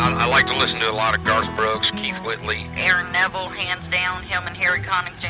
i like to listen to a lot of garth brooks, keith whitley, aaron neville, hands down, him and harry connick